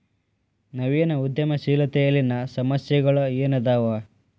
ನವೇನ ಉದ್ಯಮಶೇಲತೆಯಲ್ಲಿನ ಸಮಸ್ಯೆಗಳ ಏನದಾವ